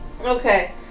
Okay